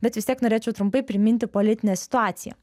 bet vis tiek norėčiau trumpai priminti politinę situaciją